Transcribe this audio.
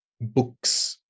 books